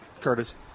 Curtis